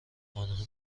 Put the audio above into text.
آنهم